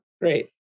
Great